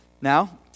now